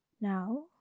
now